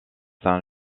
saint